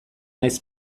naiz